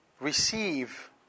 receive